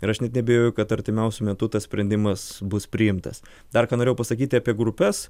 ir aš net neabejoju kad artimiausiu metu tas sprendimas bus priimtas dar ką norėjau pasakyti apie grupes